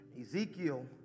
Ezekiel